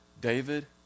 David